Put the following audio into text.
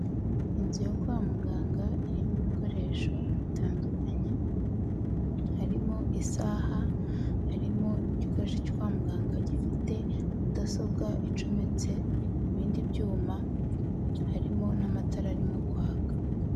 Inzu yo kwa muganga irimo ibikoresho bitandukanye, harimo isaha harimo igikoresho cyo kwa muganga gifite mudasobwa icometse ku bindi byuma harimo n'amatara arimo kwaka.